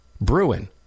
Bruin